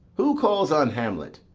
who calls on hamlet?